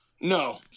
No